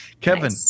Kevin